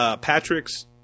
Patrick's